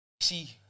see